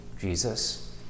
Jesus